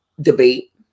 debate